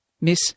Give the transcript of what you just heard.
Miss